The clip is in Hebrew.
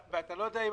-- ואתה לא יודע אם